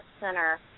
center